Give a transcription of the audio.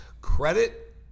credit